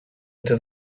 into